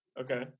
Okay